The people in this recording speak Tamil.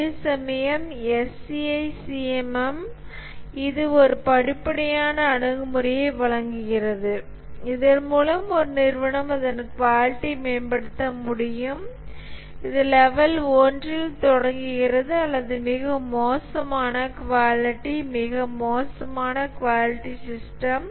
அதேசமயம் SEI CMM இது ஒரு படிப்படியான அணுகுமுறையை வழங்குகிறது இதன் மூலம் ஒரு நிறுவனம் அதன் குவாலிட்டி மேம்படுத்த முடியும் இது லெவல் 1 இல் தொடங்குகிறது அல்லது மிகவும் மோசமான குவாலிட்டி மிக மோசமான குவாலிட்டி சிஸ்டம்